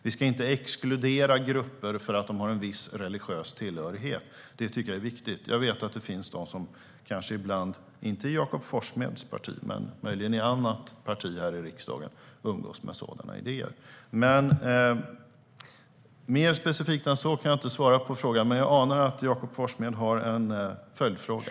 Vi ska inte exkludera grupper för att de har en viss religiös tillhörighet. Det är viktigt. Jag vet att det finns ett parti här i riksdagen - inte Jakob Forssmeds - som ibland umgås med sådana idéer. Mer specifikt kan jag inte svara på frågan. Men jag anar som sagt att Jakob Forssmed har en följdfråga.